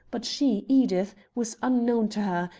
but she, edith, was unknown to her,